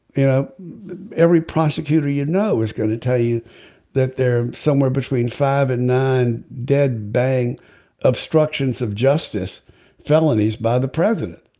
you know every prosecutor you know is going to tell you that they're somewhere between five and nine dead bang obstructions of justice felonies by the president.